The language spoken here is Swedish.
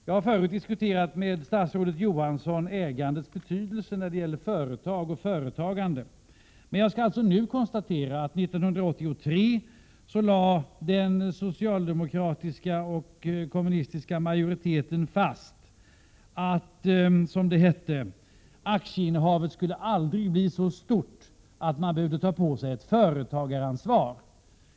Jag har förut diskuterat med statsrådet Johansson ägandets betydelse i fråga om företag och företagande. Jag skall nu konstatera att den socialdemokratiska och kommunistiska majoriteten år 1983 lade fast att, som det hette, aktieinnehavet aldrig skulle bli så stort att man behövde ta på sig ett 85 företagaransvar.